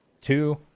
two